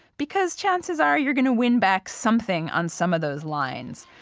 because chances are, you're going to win back something on some of those lines,